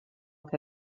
que